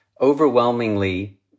overwhelmingly